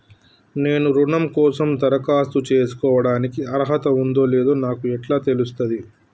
నేను రుణం కోసం దరఖాస్తు చేసుకోవడానికి అర్హత ఉందో లేదో నాకు ఎట్లా తెలుస్తది?